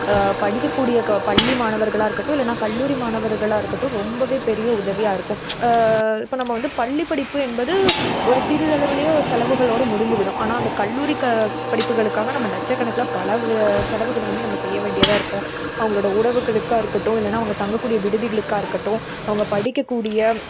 படிக்கக்கூடிய க பள்ளி மாணவர்களாயிருக்கட்டும் இல்லைன்னா கல்லூரி மாணவர்களாயிருக்கட்டும் ரொம்பவே பெரிய உதவியாயிருக்கும் இப்போ நம்ம வந்து பள்ளி படிப்பு என்பது ஒரு சிறிதளவிலயே செலவுகளோட முடிந்துவிடும் ஆனால் அந்த கல்லூரி க படிப்புகளுக்காக நம்ம லட்சக்கணக்கில் பல வ செலவுகளை நம்ம செய்யவேண்டியதாக இருக்கும் அவங்களோட உணவுகளுக்காக இருக்கட்டும் இல்லைன்னா அவங்க தங்கக்கூடிய விடுதிகளுக்காக இருக்கட்டும் அவங்க படிக்கக்கூடிய